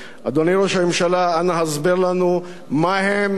אנא הסבר לנו מהם סדרי העדיפויות שלך.